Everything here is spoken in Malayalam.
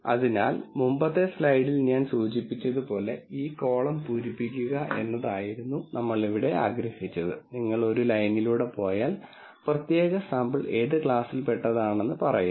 അതിനാൽ മുമ്പത്തെ സ്ലൈഡിൽ ഞാൻ സൂചിപ്പിച്ചതുപോലെ ഈ കോളം പൂരിപ്പിക്കുക എന്നതായിരുന്നു നമ്മൾ ഇവിടെ ആഗ്രഹിച്ചത് നിങ്ങൾ ഒരു ലൈനിലൂടെ പോയാൽ പ്രത്യേക സാമ്പിൾ ഏത് ക്ലാസിൽ പെട്ടതാണെന്ന് പറയുന്നു